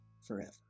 forever